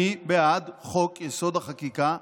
אני בעד חוק-יסוד: החקיקה.